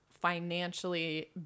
financially